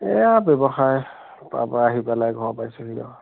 এইয়া ব্যৱসায় তাৰপৰা আহি পেলাই ঘৰ পাইছোঁহি আৰু